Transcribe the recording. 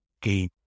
game